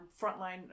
frontline